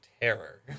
terror